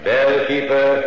Bellkeeper